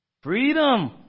Freedom